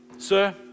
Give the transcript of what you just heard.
sir